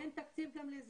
עוד אין תקציב לזה.